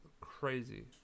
crazy